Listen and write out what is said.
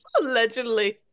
allegedly